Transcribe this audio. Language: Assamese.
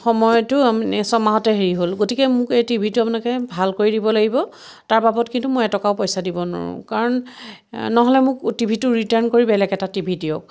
সময়টো মানে ছমাহতে হেৰি হ'ল গতিকে মোক এই টিভিটো আপোনালোকে ভাল কৰি দিব লাগিব তাৰ বাবদ কিন্তু মই এটকাও পইচা দিব নোৱাৰোঁ কাৰণ নহ'লে মোক টিভিটো ৰিটাৰ্ণ কৰি বেলেগ এটা টি ভি দিয়ক